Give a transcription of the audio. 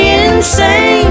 insane